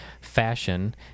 fashion